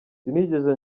sinigeze